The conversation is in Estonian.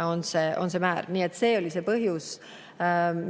See oli see põhjus,